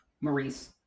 Maurice